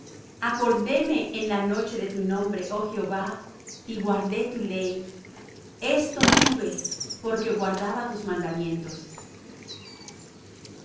acordéme en la noche de tu nombre oh jehová y guardé tu ley esto tuve porque guardaba tus mandamientos